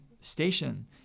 station